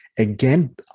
Again